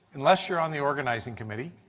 unless your on the organizing committee,